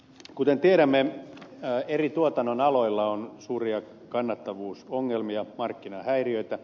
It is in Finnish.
kuten tiedämme eri tuotannonaloilla on suuria kannattavuusongelmia markkinahäiriöitä